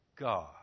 God